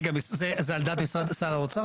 רגע, זו עמדת שר האוצר?